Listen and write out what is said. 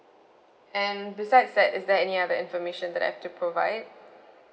and besides that is there any other information that I've to provide